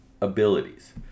abilities